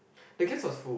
because it was full